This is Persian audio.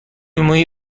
موی